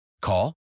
Call